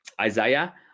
Isaiah